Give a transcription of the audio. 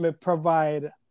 provide